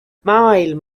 maailm